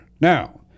now